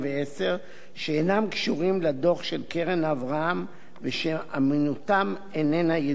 שאינם קשורים לדוח של "קרן אברהם" ושאמינותם איננה ידועה.